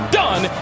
done